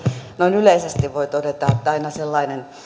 noin yleisesti voi todeta että aina sellainen